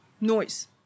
Noise